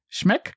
Schmeck